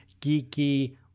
geeky